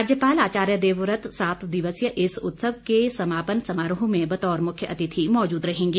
राज्यपाल आचार्य देवव्रत सात दिवसीय इस उत्सव के समापन समारोह में बतौर मुख्य अतिथि मौजूद रहेंगे